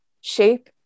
shape